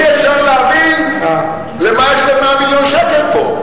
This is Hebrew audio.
אי-אפשר להבין למה יש 100 מיליון שקל פה.